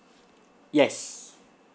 yes